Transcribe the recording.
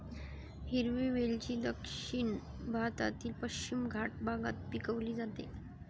हिरवी वेलची दक्षिण भारतातील पश्चिम घाट भागात पिकवली जाते